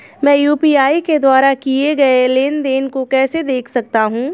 मैं यू.पी.आई के द्वारा किए गए लेनदेन को कैसे देख सकता हूं?